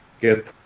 get